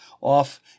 off